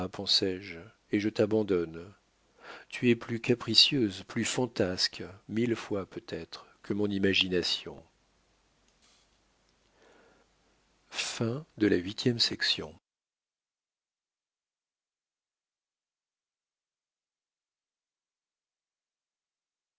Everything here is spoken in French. et je t'abandonne tu es plus capricieuse plus fantasque mille fois peut-être que mon imagination